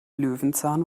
löwenzahn